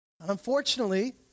Unfortunately